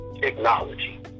technology